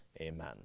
Amen